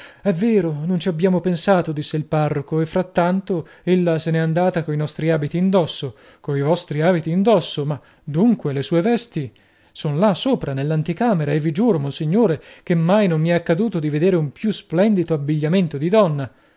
è vero non ci abbiamo pensato disse il parroco e frattanto ella se n'è andata coi nostri abiti indosso coi vostri abiti indosso ma dunque le sue vestì son là sopra nell'anticamera e vi giuro monsignore che mai non mi è accaduto di vedere un più splendido abbigliamento di donna